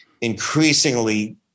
increasingly